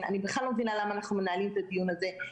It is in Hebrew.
אני רואה שאנחנו לא מתקדמים בדיון הזה לצערי הרב.